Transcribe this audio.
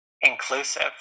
inclusive